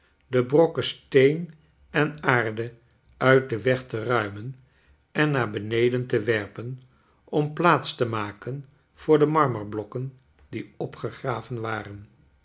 de brokken steen en aarde uit den weg te ruimen en naar beneden te werpen om plaats te maken voor de marmerblokken die opgegraven waren